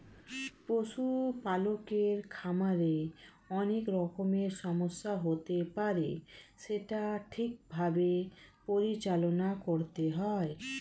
পশু পালকের খামারে অনেক রকমের সমস্যা হতে পারে সেটা ঠিক ভাবে পরিচালনা করতে হয়